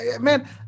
man